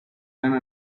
done